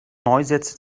neusätze